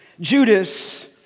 Judas